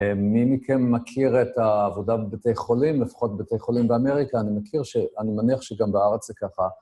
מי מכם מכיר את העבודה בביתי חולים, לפחות ביתי חולים באמריקה? אני מכיר ש... אני מניח שגם בארץ זה ככה.